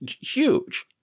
huge